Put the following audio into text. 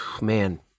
man